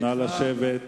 נא לשבת.